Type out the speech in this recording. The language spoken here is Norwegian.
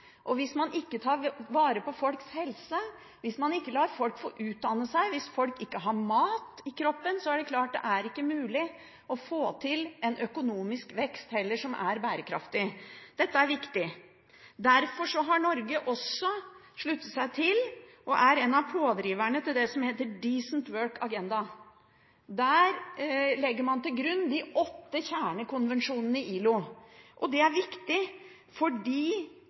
ha. Hvis man ikke tar vare på folks helse, hvis man ikke lar folk få utdanne seg, hvis folk ikke har mat i kroppen, er det klart at da er det heller ikke mulig å få til en økonomisk vekst som er bærekraftig. Dette er viktig. Derfor har Norge sluttet seg til og er en av pådriverne til det som heter «Decent work»-agenda. Der legger man til grunn de åtte kjernekonvensjonene i ILO. Det er viktig,